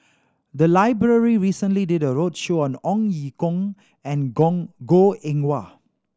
the library recently did a roadshow on Ong Ye Kung and Gong Goh Eng Wah